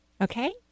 Okay